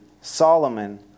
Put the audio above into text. Solomon